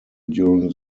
during